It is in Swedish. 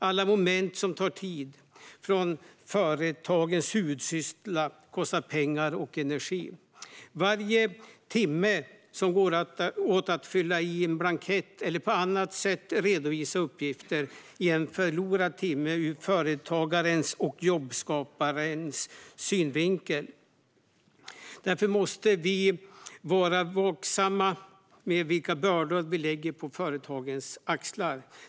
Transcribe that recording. Alla moment som tar tid från företagens huvudsyssla kostar pengar och energi. Varje timme som går åt till att fylla i en blankett eller på annat sätt redovisa uppgifter är en förlorad timme ur företagarens och jobbskaparens synvinkel. Därför måste vi vara vaksamma på vilka bördor vi lägger på företagarnas axlar.